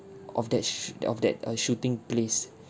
of that sh~ of that uh shooting place